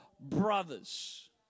brothers